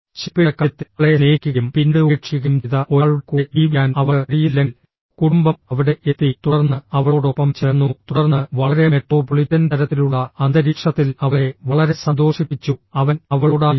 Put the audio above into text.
ശിൽപയുടെ കാര്യത്തിൽ അവളെ സ്നേഹിക്കുകയും പിന്നീട് ഉപേക്ഷിക്കുകയും ചെയ്ത ഒരാളുടെ കൂടെ ജീവിക്കാൻ അവൾക്ക് കഴിയുന്നില്ലെങ്കിൽ കുടുംബം അവിടെ എത്തി തുടർന്ന് അവളോടൊപ്പം ചേർന്നു തുടർന്ന് വളരെ മെട്രോപൊളിറ്റൻ തരത്തിലുള്ള അന്തരീക്ഷത്തിൽ അവളെ വളരെ സന്തോഷിപ്പിച്ചു അവൻ അവളോടായിരുന്നു